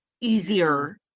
easier